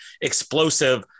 explosive